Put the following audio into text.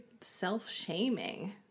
self-shaming